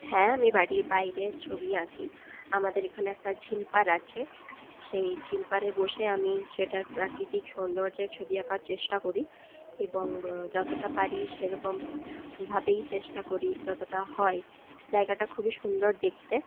হ্যাঁ আমি বাড়ির বাইরে ছবি আঁকি আমাদের এখানে একটা ঝিল পাড় আছে সেই ঝিল পাড়ে বসে আমি সেটার প্রাকৃতিক সৌন্দর্য্যের ছবি আঁকার চেষ্টা করি এবং যতটা পারি সেরকম ভাবেই চেষ্টা করি যতটা হয় জায়গাটা খুবই সুন্দর দেখতে